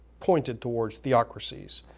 pointed towards theocracies,